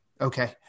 Okay